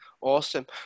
Awesome